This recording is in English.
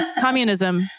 Communism